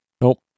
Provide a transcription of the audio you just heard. Nope